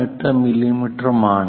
18 മില്ലിമീറ്ററുമാണ്